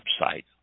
website